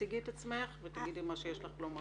תציגי את עצמך ותאמרי מה שיש לך לומר.